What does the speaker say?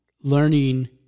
learning